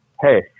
hey